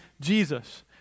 Jesus